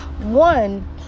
One